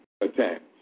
attacks